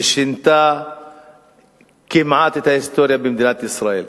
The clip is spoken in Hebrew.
ששינתה כמעט את ההיסטוריה במדינת ישראל.